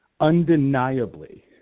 undeniably